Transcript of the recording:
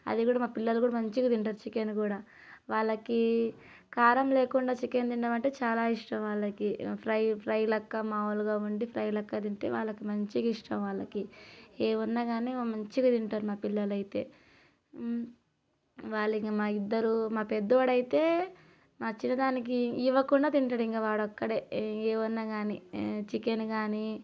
అది కూడా మా పిల్లలు మంచిగా తింటారు చికెన్ కూడా వాళ్ళకి కారం లేకుండా చికెన్ తినడమంటే చాలా ఇష్టం వాళ్ళకి ఫ్రై ఫ్రై లాగా మామూలుగా ఉండి ఫ్రై లాగా తింటే వాళ్ళకి మంచిగా ఇష్టం వాళ్ళకి ఏమన్నా కానీ మంచిగా తింటారు మా పిల్లలు అయితే వాళ్ళకి మా ఇద్దరూ మా పెద్దోడు అయితే మా చిన్న దానికి ఇవ్వకుండా తింటాడు ఇంకా వాడు ఒక్కడే ఏమున్నా కానీ చికెన్ కానీ